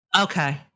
Okay